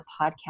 podcast